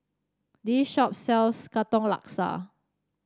this shop sells Katong Laksa